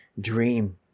dream